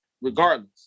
regardless